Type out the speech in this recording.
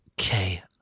Okay